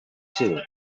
too